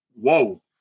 Whoa